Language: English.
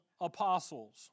apostles